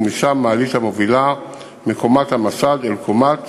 ומשם מעלית מובילה מקומת המסד אל קומת